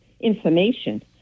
information